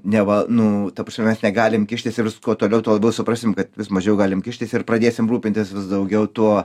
neva nu ta prasme mes negalim kištis ir kuo toliau tuo labiau suprasim kad vis mažiau galim kištis ir pradėsim rūpintis vis daugiau tuo